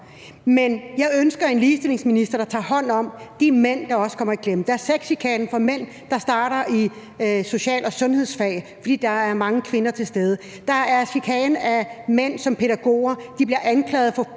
men jeg ønsker en ligestillingsminister, der tager hånd om de mænd, der også kommer i klemme. Der er sexchikane mod mænd, der starter i social- og sundhedsfagene, fordi der er mange kvinder til stede. Der er chikane af mænd som pædagoger. De bliver anklaget for